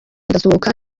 ndasohoka